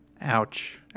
Ouch